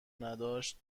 نداشت